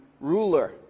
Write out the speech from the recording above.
ruler